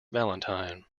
valentine